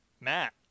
Matt